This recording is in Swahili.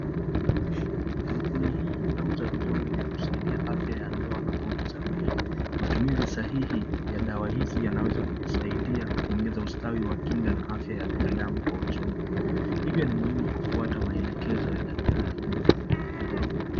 Kampuni hii inauza vidonge vya kusaidi afya ya ndoa na nguvu za mwili matumizi sahihi ya dawa hizi yanaweza kusaidia kuongeza ustawi wa kinga na afya binadamu kwa ujumla, hivyo ni muhimu kufuata maelekezo ya dakitari.